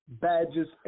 badges